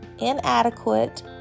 inadequate